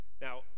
Now